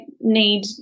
need